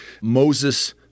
Moses